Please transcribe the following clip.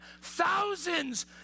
thousands